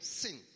sin